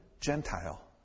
Gentile